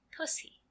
pussy